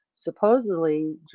supposedly